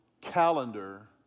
calendar